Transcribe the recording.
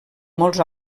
molts